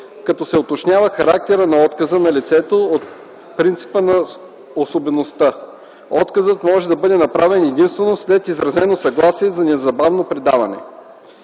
като се уточнява характерът на отказа на лицето от принципа на особеността. Отказът може да бъде направен единствено след изразено съгласие за незабавно предаване.